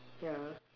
ya